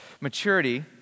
Maturity